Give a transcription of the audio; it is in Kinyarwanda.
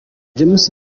james